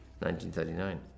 1939